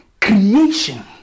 creation